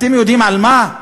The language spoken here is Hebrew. אתם יודעים על מה?